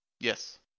Yes